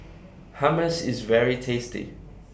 Hummus IS very tasty